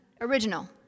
original